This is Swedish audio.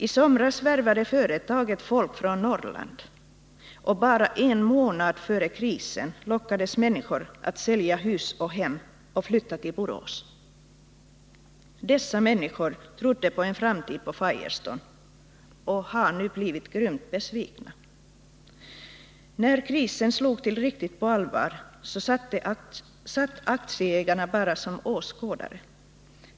I somras värvade företaget folk från Norrland, och bara en månad före krisen lockades människor att sälja hus och hem och flytta till Borås. Dessa människor trodde på en framtid på Firestone och har nu blivit grymt besvikna. När krisen slog till riktigt på allvar, satt aktieägarna bara som åskådare.